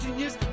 years